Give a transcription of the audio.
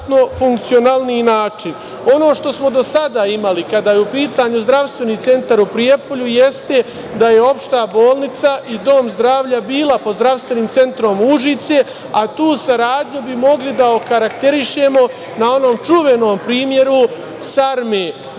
što smo do sada imali kada je u pitanju zdravstveni centar u Prijepolju jeste da je Opšta bolnica i Dom zdravlja bila pod Zdravstvenim centrom Užice, a tu saradnju bi mogli da okarakterišemo na onom čuvenom primeru sarme, gde